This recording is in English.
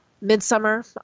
Midsummer